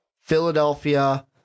Philadelphia